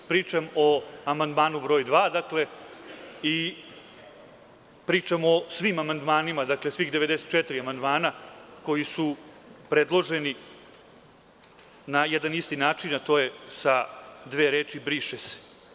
Pričam o amandmanu broj 2, dakle, i pričam o svim amandmanima, dakle svih 94 amandmana koji su predloženi na jedan isti način, a to je sa dve reči „briše se“